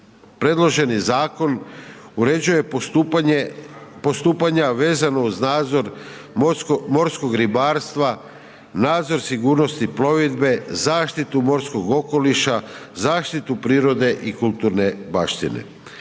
Predloženi zakon uređuje postupanja vezano uz nadzor morskog ribarstva, nadzor sigurnosti plovidbe, zaštitu morskog okoliša, zaštitu prirode i kulturne baštine.